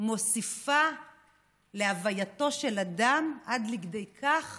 מוסיפים להווייתו של אדם, עד כדי כך